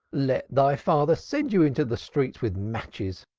let thy father send you into the streets, with matches,